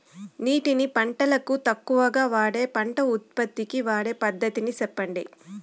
నీటిని పంటలకు తక్కువగా వాడే పంట ఉత్పత్తికి వాడే పద్ధతిని సెప్పండి?